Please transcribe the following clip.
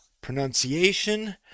pronunciation